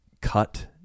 cut